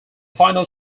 final